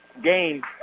game